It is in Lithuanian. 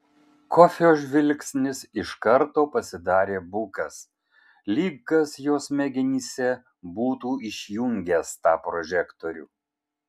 kofio žvilgsnis iš karto pasidarė bukas lyg kas jo smegenyse būtų išjungęs tą prožektorių